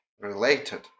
related